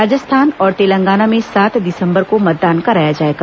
राजस्थान और तेलंगाना में सात दिसम्बर को मतदान कराया जाएगा